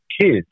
kids